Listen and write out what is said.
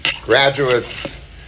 graduates